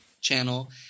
channel